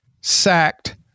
Sacked